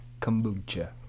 kombucha